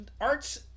arts